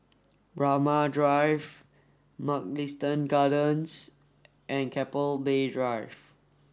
Braemar Drive Mugliston Gardens and Keppel Bay Drive